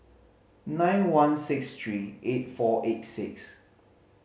nine one six three eight four eight six